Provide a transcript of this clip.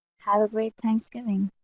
have a great thanksgiving.